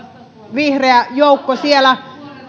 vihreä joukko